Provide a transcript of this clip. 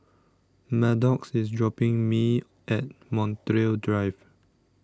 Maddox IS dropping Me At Montreal Drive